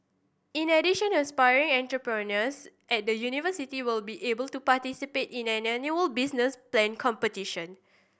in addition aspiring entrepreneurs at the university will be able to participate in an annual business plan competition